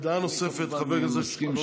דעה נוספת, חבר הכנסת אלון שוסטר.